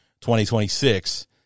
2026